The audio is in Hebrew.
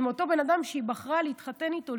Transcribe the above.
עם אותו בן אדם שהן בחרו להתחתן איתו,